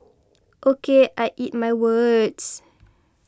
O K I eat my words